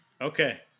Okay